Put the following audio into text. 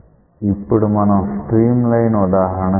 ఇప్పుడు మనం streamline ఉదాహరణ చూద్దాం